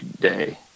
day